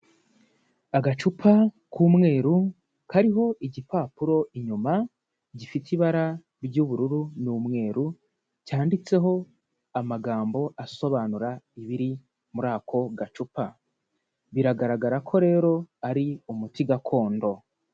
Agacupa k'umweru kariho igipapuro inyuma gifite ibara ry'ubururu n'umweru cyanditseho amagambo asobanura ibiri muri ako gacupa, biragaragara ko rero ari umuti gakondo.